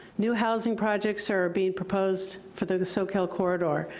new housing projects are being proposed for the soquel corridor.